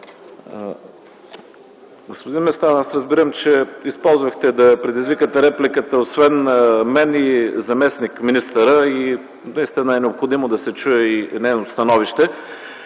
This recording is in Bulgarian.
Господин Местан, аз разбирам, че използвахте да предизвикате с репликата, освен мен, и заместник-министъра – наистина е необходимо да се чуе и нейното становище.